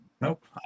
Nope